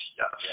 yes